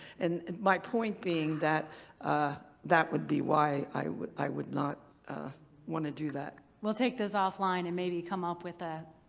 and my point being that ah that would be why i would i would not want to do that. we'll take those off-line and maybe come up with a